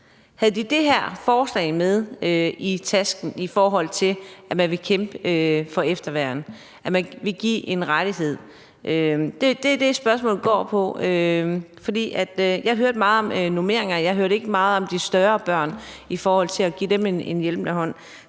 havde det her forslag med i tasken i forhold til at ville kæmpe for efterværn, altså at man vil give en rettighed. Det er det, spørgsmålet går på. For jeg hørte meget om normeringer, men jeg hørte ikke meget om de større børn i forhold til at give dem en hjælpende hånd.